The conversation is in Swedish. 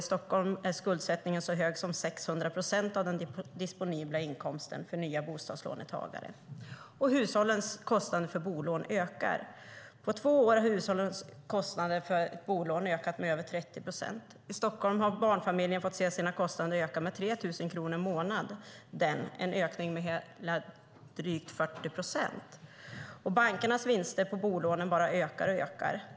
I Stockholm är skuldsättningen så hög som 600 procent av den disponibla inkomsten för nya bolånetagare. Och hushållens kostnader för bolån ökar. På två år har hushållens kostnader för bolån ökat med över 30 procent. I Stockholm har barnfamiljer fått se sina kostnader öka med 3 000 kronor i månaden. Det är en ökning med drygt 40 procent. Bankernas vinster på bolånen bara ökar och ökar.